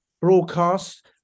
broadcast